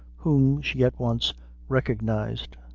whom she at once recognized.